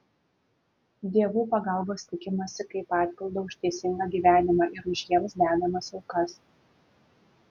dievų pagalbos tikimasi kaip atpildo už teisingą gyvenimą ir už jiems dedamas aukas